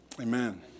Amen